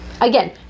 Again